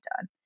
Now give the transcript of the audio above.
done